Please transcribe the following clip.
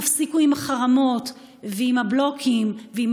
תפסיקו עם החרמות ועם הבלוקים ועם